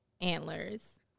antlers